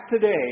today